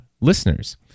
listeners